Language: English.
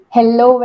Hello